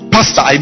Pastor